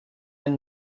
jen